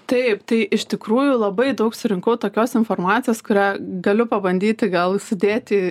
taip tai iš tikrųjų labai daug surinkau tokios informacijos kurią galiu pabandyti gal sudėti